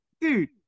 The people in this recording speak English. Dude